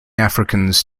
africans